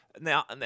now